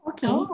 Okay